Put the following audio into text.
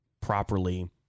properly